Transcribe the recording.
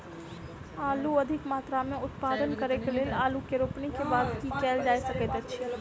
आलु अधिक मात्रा मे उत्पादन करऽ केँ लेल आलु केँ रोपनी केँ बाद की केँ कैल जाय सकैत अछि?